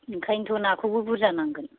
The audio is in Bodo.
हाब ओंखायनोथ' नाखौबो बुरजा नांगोन